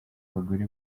abagore